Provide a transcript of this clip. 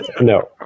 No